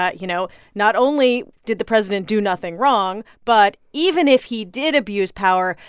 ah you know, not only did the president do nothing wrong, but even if he did abuse power,